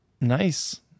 nice